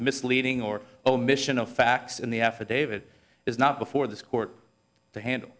misleading or omission of facts in the affidavit is not before this court to handle